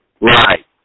Right